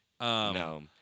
No